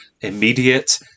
immediate